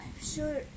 sure